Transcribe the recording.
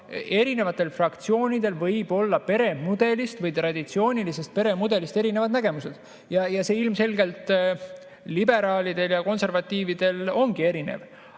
erinevatel fraktsioonidel võivad olla peremudelist või traditsioonilisest peremudelist erinevad nägemused. See ilmselgelt liberaalidel ja konservatiividel ongi erinev.